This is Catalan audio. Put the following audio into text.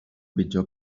pitjor